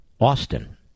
Austin